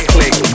Click